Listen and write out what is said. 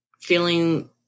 feeling